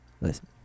Listen